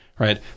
Right